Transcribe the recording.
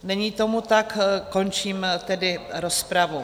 Není tomu tak, končím tedy rozpravu.